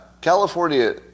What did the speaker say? California